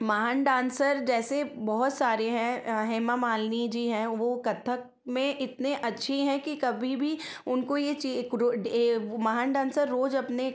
महान डांस जैसे बहुत सारे हैं हेमा मालनी जी हैं वह कथक में इतने अच्छी हैं कि कभी भी उनको यह ची कूडोर महान डांसर रोज़ अपने